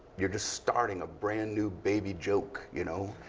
you're just starting a brand new baby joke, you know.